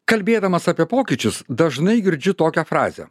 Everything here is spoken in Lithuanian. kalbėdamas apie pokyčius dažnai girdžiu tokią frazę